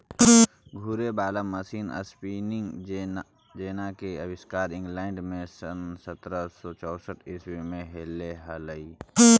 घूरे वाला machine spinning jenny के आविष्कार इंग्लैंड में सन् सत्रह सौ चौसठ ईसवी में होले हलई